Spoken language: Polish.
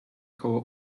koło